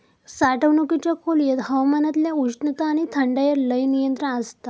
साठवणुकीच्या खोलयेत हवामानातल्या उष्णता आणि थंडायर लय नियंत्रण आसता